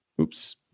oops